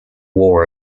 war